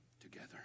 together